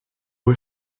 was